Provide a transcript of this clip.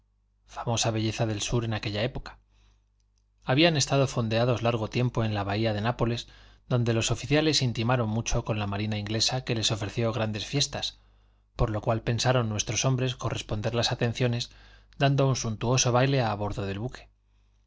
famosa belleza del sur en aquella época habían estado fondeados largo tiempo en la bahía de nápoles donde los oficiales intimaron mucho con la marina inglesa que les ofreció grandes fiestas por lo cual pensaron nuestros hombres corresponder las atenciones dando un suntuoso baile a bordo del buque